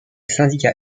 syndicat